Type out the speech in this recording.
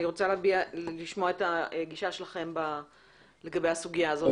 אני רוצה לשמוע את הגישה שלכם לגבי הסוגיה הזאת.